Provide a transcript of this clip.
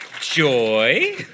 Joy